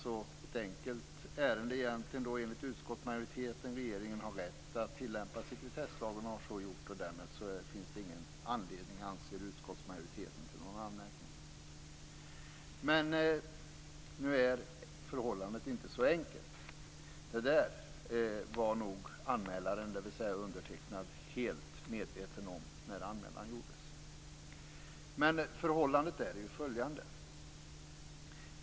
Det är alltså ett enkelt ärende enligt utskottsmajoriteten. Regeringen har rätt att tillämpa sekretesslagen och har så gjort. Och därmed finns det ingen anledning till någon anmärkning, anser utskottsmajoriteten. Men nu är förhållandet inte så enkelt. Det där var nog anmälaren, dvs. undertecknad, helt medveten om när anmälan gjordes. Förhållandet är följande.